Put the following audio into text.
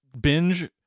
binge